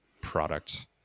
product